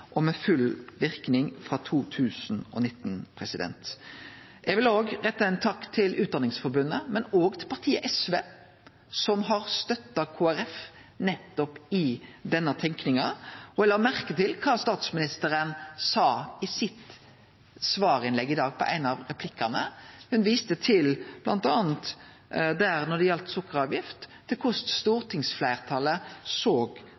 og med full verknad frå 2019. Eg vil rette ein takk til Utdanningsforbundet, men òg til partiet SV, som har støtta Kristeleg Folkeparti nettopp i denne tenkinga. Eg la merke til kva statsministeren sa i sitt svarinnlegg i dag på ein av replikkane. Ho viste til, bl.a. når det galdt sukkeravgift, korleis stortingsfleirtalet såg